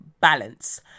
Balance